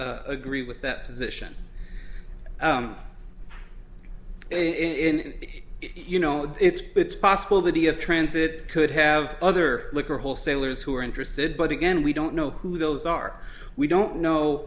agree with that position in you know it's it's possible that he of transit could have other liquor wholesalers who are interested but again we don't know who those are we don't know